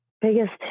Biggest